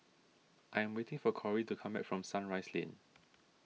I am waiting for Korey to come back from Sunrise Lane